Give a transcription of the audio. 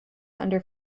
under